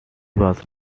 was